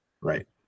Right